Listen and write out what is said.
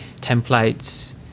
templates